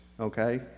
okay